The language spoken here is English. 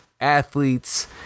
athletes